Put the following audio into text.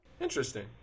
Interesting